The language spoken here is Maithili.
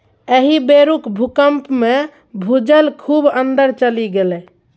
एहि बेरुक भूकंपमे भूजल खूब अंदर चलि गेलै